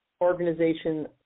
organization